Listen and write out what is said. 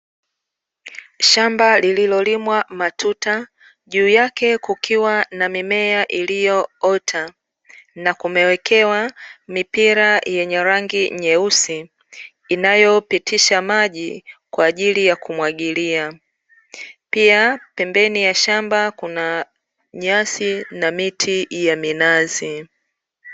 Shamba lililolimwa matuta, juu yake kukiwa na mimea iliyoota na kumewekewa mipira yenye rangi nyeusi, inayopitisha maji kwa ajili ya kumwagilia. Pia, pembeni ya shamba kuna nyasi na miti ya minazi.